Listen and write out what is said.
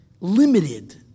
limited